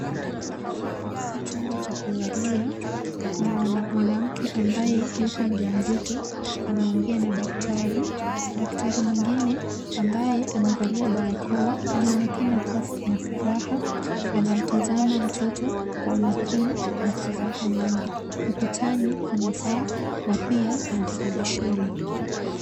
Katika chumba cha kuzalia kuna mwanamke ambaye yuko mjamzito anaongea na daktari. Daktari mwingine ambaye amevalia barakoa anaonekana kuwa na furaha. Anamtazama mtoto kwa umakini na furaha nyingi. Ukutani kuna saa na pia kuna televisheni.